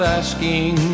asking